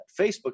Facebook